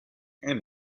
and